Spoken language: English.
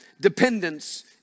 dependence